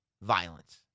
violence